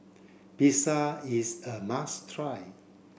pizza is a must try